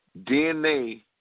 DNA